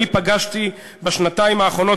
אני פגשתי בשנתיים האחרונות,